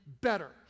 better